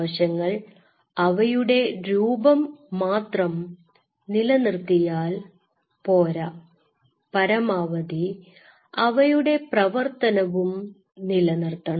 കോശങ്ങൾ അവയുടെ രൂപം മാത്രം നിലനിർത്തിയാൽ പോര പരമാവധി അവയുടെ പ്രവർത്തനവും നിലനിർത്തണം